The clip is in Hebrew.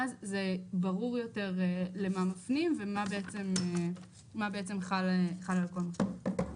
ואז זה ברור יותר למה מופיע, ומה חל על כל מכשיר.